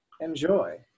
enjoy